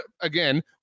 again